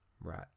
Right